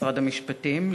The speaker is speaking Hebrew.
משרד המשפטים,